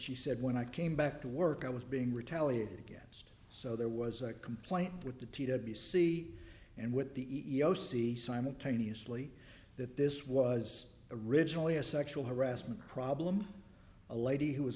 she said when i came back to work i was being retaliated against so there was a complaint with the t to a b c and with the e e o c simultaneously that this was originally a sexual harassment problem a lady who was